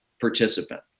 participant